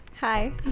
hi